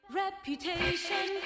reputation